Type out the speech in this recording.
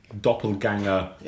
doppelganger